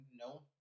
No